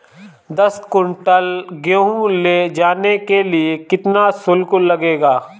दस कुंटल गेहूँ ले जाने के लिए कितना शुल्क लगेगा?